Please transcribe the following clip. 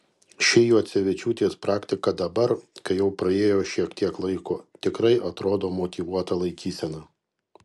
ši juocevičiūtės praktika dabar kai jau praėjo šiek tiek laiko tikrai atrodo motyvuota laikysena